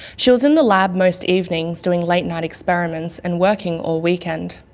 she was in the lab most evenings doing late night experiments and working all weekend.